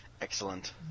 Excellent